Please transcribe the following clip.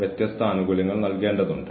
പക്ഷേ അത് നൽകപ്പെട്ടതാണ്